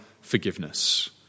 forgiveness